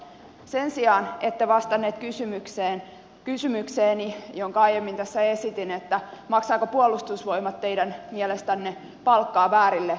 sen sijaan ette vastanneet kysymykseeni jonka aiemmin tässä esitin maksaako puolustusvoimat teidän mielestänne palkkaa väärille ihmisille